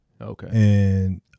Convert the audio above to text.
Okay